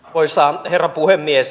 arvoisa herra puhemies